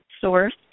source